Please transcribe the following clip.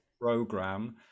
program